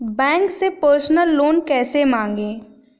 Bank से personal loan कैसे मांगें?